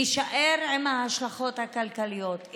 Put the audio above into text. נישאר עם ההשלכות הכלכליות.